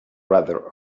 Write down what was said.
rather